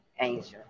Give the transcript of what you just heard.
angel